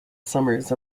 somers